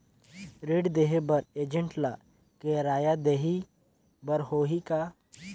ऋण देहे बर एजेंट ला किराया देही बर होही का?